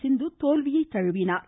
சிந்து தோல்வியை தழுவினார்